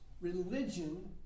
religion